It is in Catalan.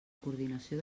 coordinació